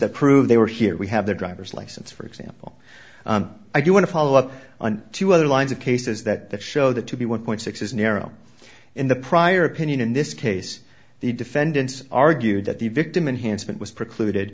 that prove they were here we have their driver's license for example i do want to follow up on two other lines of cases that that show that to be one point six is near zero in the prior opinion in this case the defendants argued that the victim enhanced it was precluded